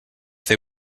they